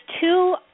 two